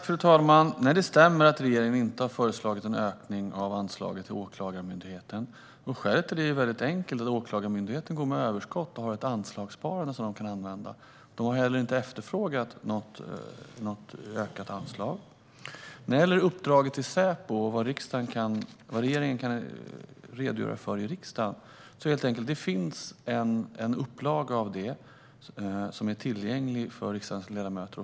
Fru talman! Det stämmer att regeringen inte har föreslagit en ökning av anslaget till Åklagarmyndigheten. Skälet till detta är enkelt: Åklagarmyndigheten går med överskott och har ett anslagssparande som kan användas. Myndigheten har heller inte efterfrågat något ökat anslag. När det gäller uppdraget till Säpo och vad regeringen kan redogöra för i riksdagen finns en offentlig upplaga tillgänglig för riksdagens ledamöter.